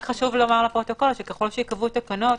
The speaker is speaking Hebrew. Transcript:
חשוב לומר לפרוטוקול שככל שייקבעו תקנות,